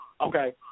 Okay